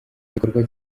gikorwa